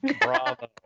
bravo